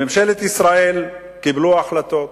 בממשלת ישראל קיבלו החלטות.